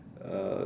uh